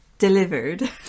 delivered